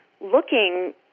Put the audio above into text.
looking